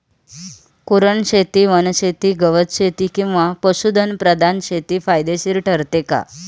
कुरणशेती, वनशेती, गवतशेती किंवा पशुधन प्रधान शेती फायदेशीर ठरते का?